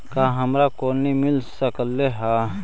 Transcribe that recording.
का हमरा कोलनी मिल सकले हे?